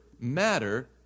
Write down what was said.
matter